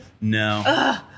No